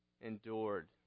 endured